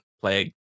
play